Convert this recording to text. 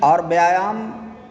औऱ व्यायाम